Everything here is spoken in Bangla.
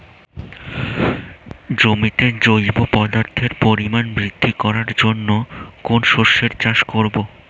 জমিতে জৈব পদার্থের পরিমাণ বৃদ্ধি করার জন্য কোন শস্যের চাষ করবো?